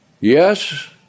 Yes